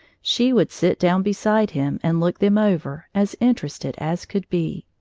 she would sit down beside him and look them over, as interested as could be.